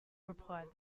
replied